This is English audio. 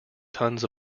tons